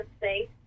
safe